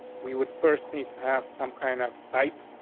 we would first need to have some kind of type.